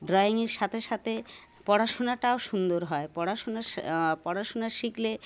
ড্রয়িংয়ের সাথে সাথে পড়াশুনাটাও সুন্দর হয় পড়াশুনা পড়াশুনা শিখলে